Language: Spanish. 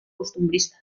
costumbrista